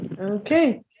Okay